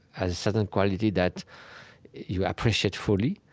has a certain quality that you appreciate fully.